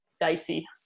dicey